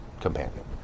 companion